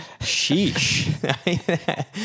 Sheesh